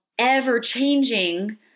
ever-changing